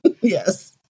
yes